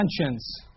conscience